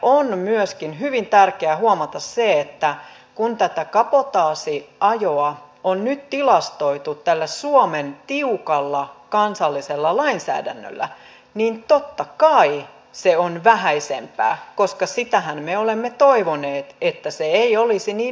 on myöskin hyvin tärkeää huomata se että kun tätä kabotaasiajoa on nyt tilastoitu tällä suomen tiukalla kansallisella lainsäädännöllä niin totta kai se on vähäisempää koska sitähän me olemme toivoneet että se ei olisi niin yleistä